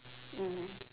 mm